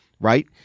Right